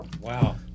wow